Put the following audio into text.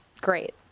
great